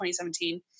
2017